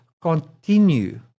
continue